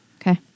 Okay